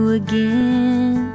again